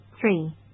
Three